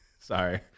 sorry